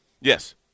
Yes